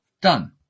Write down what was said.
Done